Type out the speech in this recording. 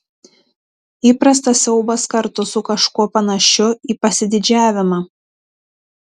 įprastas siaubas kartu su kažkuo panašiu į pasididžiavimą